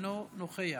אינו נוכח,